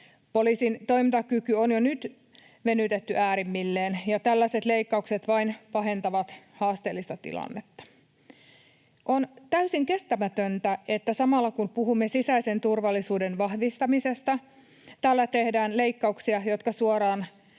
Poliisin toimintakyky on jo nyt venytetty äärimmilleen, ja tällaiset leikkaukset vain pahentavat haasteellista tilannetta. On täysin kestämätöntä, että samalla kun puhumme sisäisen turvallisuuden vahvistamisesta, täällä tehdään leikkauksia, jotka suoraan